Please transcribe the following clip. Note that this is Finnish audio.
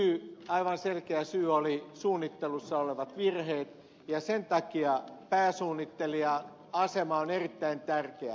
yksi aivan selkeä syy oli suunnittelussa olevat virheet ja sen takia pääsuunnittelijan asema on erittäin tärkeä